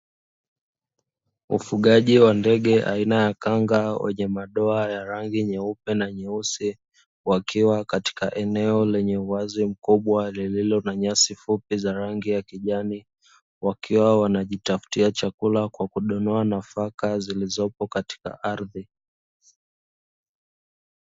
Ufugaji wa ndege aina ya kanga wenye madoa ya rangi nyeupe na nyeusi wakiwa katika eneo lenye uwazi mkubwa lililo na nyasi fupi za rangi ya kijani wakiwa wanajitafutia chakula kwa kidonoa nafaka zilizopo katika ardhi.